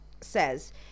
says